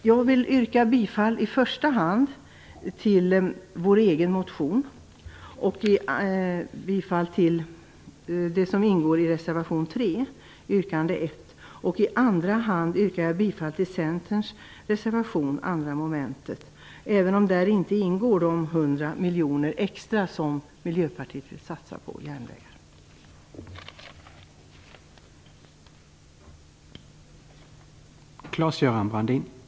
Jag vill i första hand yrka bifall till vår egen motion som ingår i reservation 3 yrkande 1. I andra hand yrkar jag bifall till Centerns reservation nr 2, även om de 200 miljoner extra som Miljöpartiet vill satsa på järnvägar inte ingår.